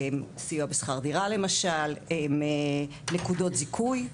סיוע בשכר דירה למשל, נקודות זיכוי.